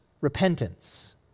repentance